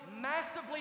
massively